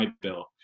Bill